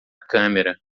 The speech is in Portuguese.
câmera